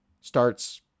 starts